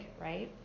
right